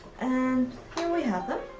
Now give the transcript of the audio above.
and here we have them.